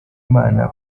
imana